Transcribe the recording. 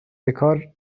بکار